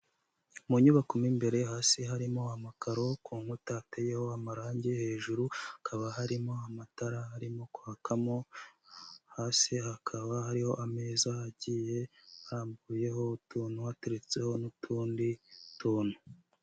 Munyubako mo imbere hasi harimo amakaro kunkuta hateyeho amarangi hejuru hakaba harimo amatara arimo kwakamo hasi hakaba hariho ameza agiye hambuyeho utuntu hateretseho n'utundi tuntu.